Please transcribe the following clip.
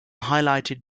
highlighted